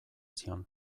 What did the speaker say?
zion